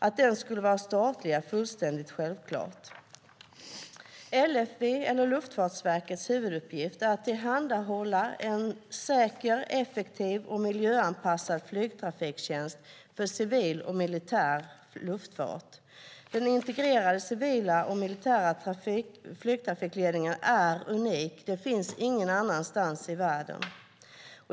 Att den skulle vara statlig är fullständigt självklart. LFV:s, Luftfartsverkets, huvuduppgift är att tillhandahålla en säker, effektiv och miljöanpassad flygtrafiktjänst för civil och militär luftfart. Den integrerade civila och militära flygtrafikledningen är unik; det finns ingen annanstans i världen.